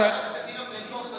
לקחת את התינוק ולשפוך,